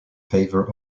favour